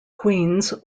queens